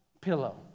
pillow